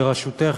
בראשותך,